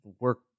work